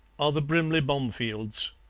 are the brimley bomefields.